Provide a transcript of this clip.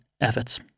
efforts